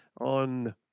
on